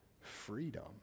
freedom